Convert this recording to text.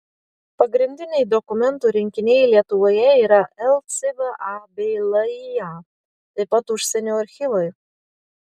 pagrindiniai dokumentų rinkiniai lietuvoje yra lcva bei lya taip pat užsienio archyvai